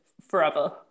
forever